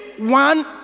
one